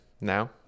now